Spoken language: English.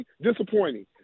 disappointing